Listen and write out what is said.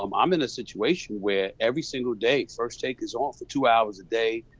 um i'm in a situation where every single day, first take is on for two hours a day,